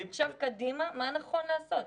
קדימה, מה נכון לעשות?